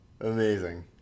Amazing